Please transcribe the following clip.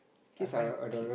I find kid